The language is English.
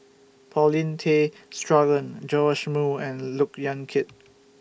Paulin Tay Straughan Joash Moo and Look Yan Kit